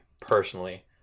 personally